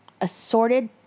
assorted